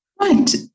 Right